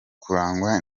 kurangwa